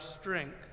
strength